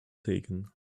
taken